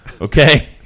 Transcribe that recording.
Okay